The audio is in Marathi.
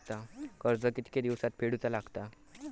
कर्ज कितके दिवसात फेडूचा लागता?